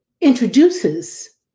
introduces